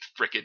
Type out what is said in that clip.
frickin